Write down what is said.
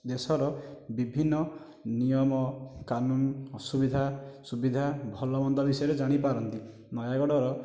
ଦେଶର ବିଭିନ୍ନ ନିୟମ କାନୁନ ଅସୁବିଧା ସୁବିଧା ଭଲମନ୍ଦ ବିଷୟରେ ଜାଣିପାରନ୍ତି ନୟାଗଡ଼ର